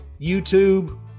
YouTube